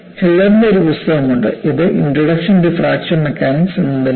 ഹെല്ലന്റെ ഒരു പുസ്തകമുണ്ട് ഇത് "ഇൻട്രൊഡക്ഷൻ ടു ഫ്രാക്ചർ മെക്കാനിക്സ്" എന്നതിലാണ്